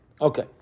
Okay